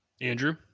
Andrew